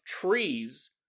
trees